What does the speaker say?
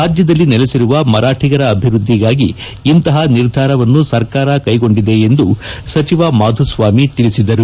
ರಾಜ್ಯದಲ್ಲಿ ನೆಲೆಸಿರುವ ಮರಾಠಿಗರ ಅಭಿವೃದ್ದಿಗಾಗಿ ಇಂತಹ ನಿರ್ಧಾರ ಸರ್ಕಾರ ಕೈಗೊಂಡಿದೆ ಎಂದು ಸಚಿವ ಮಾಧುಸ್ವಾಮಿ ತಿಳಿಸಿದರು